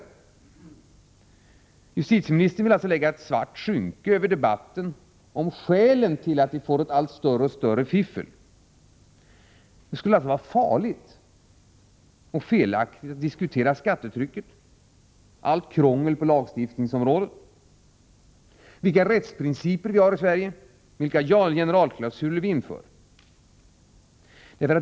Justitieministern vill alltså lägga ett svart skynke över debatten om skälen till att vi får en allt högre grad av fiffel. Det skulle alltså vara farligt och felaktigt att diskutera skattetrycket, allt krångel på lagstiftningsområdet, vilka rättsprinciper vi har i Sverige och vilka generalklausuler vi inför.